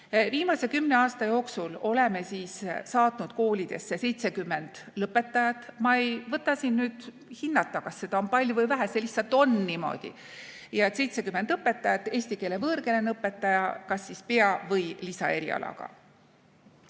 Viimase kümne aasta jooksul oleme saatnud koolidesse 70 lõpetajat. Ma ei võta siin nüüd hinnata, kas seda on palju või vähe, see lihtsalt on niimoodi: 70 õpetajat, eesti keele võõrkeelena õpetaja kas pea- või lisaerialaga.